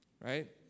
Right